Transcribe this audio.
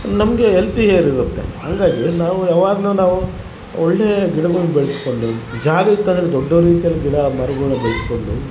ನಮಗೆ ಹೆಲ್ತಿ ಏರಿರುತ್ತೆ ಹಂಗಾಗಿ ನಾವು ಯಾವಾಗಲು ನಾವು ಒಳ್ಳೇ ಗಿಡಗಳನ್ ಬೆಳಸ್ಕೊಂಡು ಜಾಗ ಇತ್ತಂದರೆ ದೊಡ್ದ ರೀತಿ ಗಿಡ ಮರಗಳ್ನ ಬೆಳಸ್ಕೊಂಡು